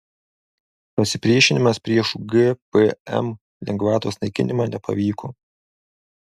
pasipriešinimas prieš gpm lengvatos naikinimą nepavyko